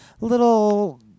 little